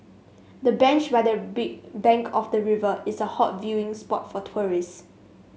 the bench by the big bank of the river is a hot viewing spot for tourists